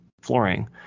flooring